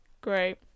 great